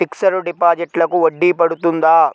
Fixed డిపాజిట్లకు వడ్డీ పడుతుందా?